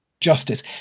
justice